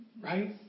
right